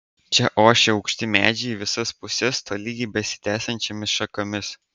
čia ošė aukšti medžiai į visas puses tolygiai besitiesiančiomis šakomis